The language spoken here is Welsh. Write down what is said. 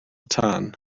tân